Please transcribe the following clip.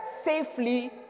safely